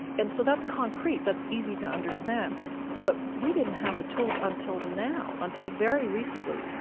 and so that's concrete that's easy to understand but we didn't have the tools until now, until very recently,